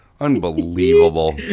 unbelievable